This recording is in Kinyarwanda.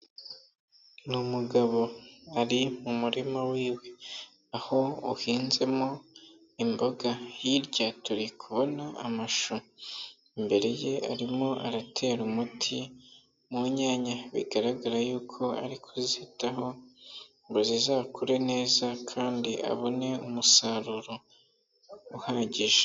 Ni umugabo ari mu murima wiwe aho uhinzemo imboga, hirya turi kubona amashu, imbere ye arimo aratera umuti mu nyanya bigaragara y'uko ari kuzitaho ngo zizakure neza kandi abone umusaruro uhagije.